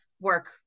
work